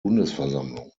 bundesversammlung